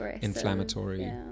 Inflammatory